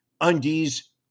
undies